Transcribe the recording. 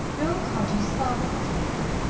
noel cardew's father became ill,